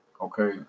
okay